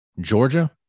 Georgia